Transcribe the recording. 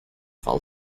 file